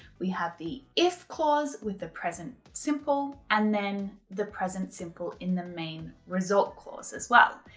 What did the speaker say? we have the if clause with the present simple and then the present simple in the main result clause as well.